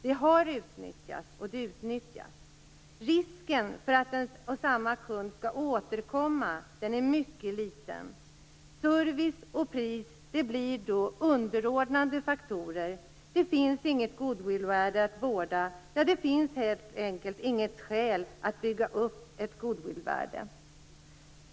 Det har utnyttjats, och det utnyttjas. Risken för att en och samma kund skall återkomma är mycket liten. Service och pris blir då underordnade faktorer. Det finns inget goodwillvärde att vårda. Ja, det finns helt enkelt inget skäl att bygga upp ett goodwillvärde.